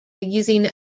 using